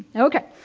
ok.